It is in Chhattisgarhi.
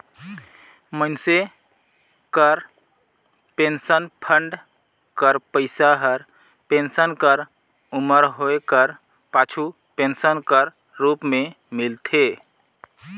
मइनसे कर पेंसन फंड कर पइसा हर पेंसन कर उमर होए कर पाछू पेंसन कर रूप में मिलथे